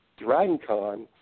DragonCon